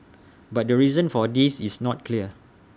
but the reason for this is not clear